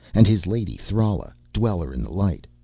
and his lady thrala, dweller in the light.